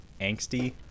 angsty